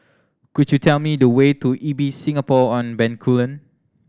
could you tell me the way to Ibis Singapore On Bencoolen